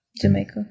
Jamaica